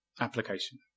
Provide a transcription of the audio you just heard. application